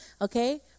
Okay